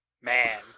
Man